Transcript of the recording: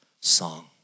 song